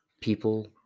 People